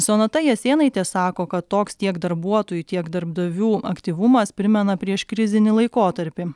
sonata jasėnaitė sako kad toks tiek darbuotojų tiek darbdavių aktyvumas primena prieškrizinį laikotarpį